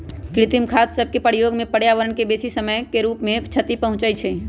कृत्रिम खाद सभके प्रयोग से पर्यावरण के बेशी समय के रूप से क्षति पहुंचइ छइ